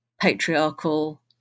patriarchal